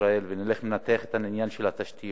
ישראל וננתח את העניין של התשתיות,